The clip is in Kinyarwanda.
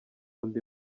undi